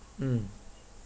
mm